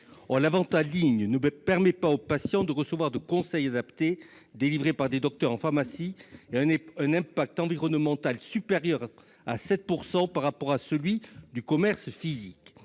la vente en ligne ne permet pas aux patients de recevoir de conseils adaptés, délivrés par des docteurs pharmacie. En outre, elle a un impact environnemental supérieur de 7 % à celui du commerce physique.